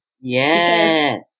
Yes